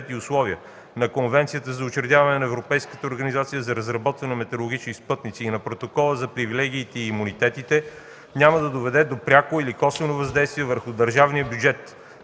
и условия, на Конвенцията за учредяване на Европейската организация за разработване на метеорологични спътници и на Протокола за привилегиите и имунитетите на EUMETSAT няма да доведе до пряко и/или косвено въздействие върху държавния бюджет,